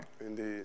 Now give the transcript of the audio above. Indeed